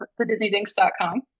thedisneydinks.com